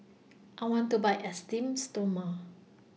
I want to Buy Esteem Stoma